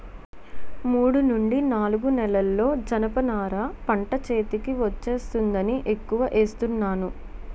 మూడు నుండి నాలుగు నెలల్లో జనప నార పంట చేతికి వచ్చేస్తుందని ఎక్కువ ఏస్తున్నాను